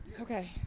Okay